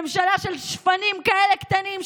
ממשלה של שפנים כאלה קטנים,